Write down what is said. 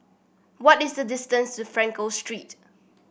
what is the distance to Frankel Street